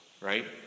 Right